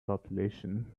population